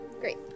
Great